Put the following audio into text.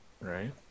Right